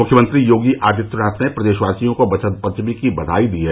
मुख्यमंत्री योगी आदित्यनाथ ने प्रदेशवासियों को वसंत पंचमी की बधाई दी है